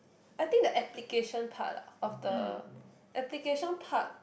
I think the application part of the application part